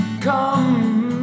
Come